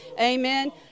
Amen